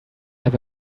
have